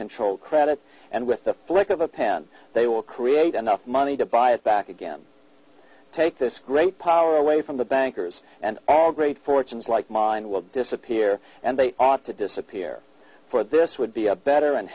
control credit and with the flick of a pen they will create enough money to buy it back again take this great power away from the bankers and all great fortunes like mine will disappear and they ought to disappear for this would be a better and